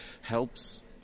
helps